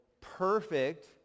perfect